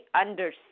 understand